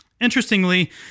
Interestingly